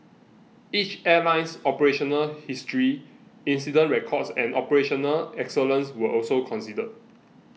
each airline's operational history incident records and operational excellence were also considered